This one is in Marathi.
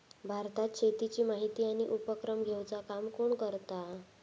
भारतात शेतीची माहिती आणि उपक्रम घेवचा काम कोण करता?